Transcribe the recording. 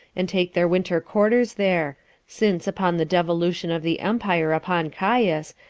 and take their winter quarters there, since, upon the devolution of the empire upon caius,